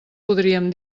podríem